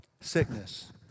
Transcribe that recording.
sickness